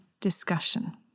discussion